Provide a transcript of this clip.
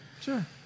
Sure